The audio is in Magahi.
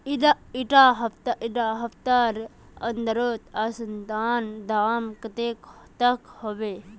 इडा सप्ताह अदरकेर औसतन दाम कतेक तक होबे?